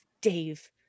Dave